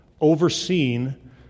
overseen